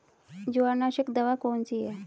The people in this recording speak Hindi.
जवारनाशक दवा कौन सी है?